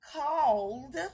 Called